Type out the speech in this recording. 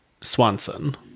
Swanson